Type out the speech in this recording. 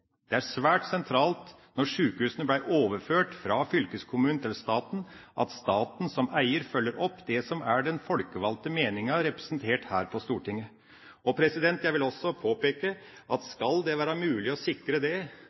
Det var svært sentralt da sjukehusene ble overført fra fylkeskommunen til staten at staten som eier skulle følge opp den folkevalgte meningen representert her på Stortinget. Jeg vil også påpeke at skal det være mulig å sikre det,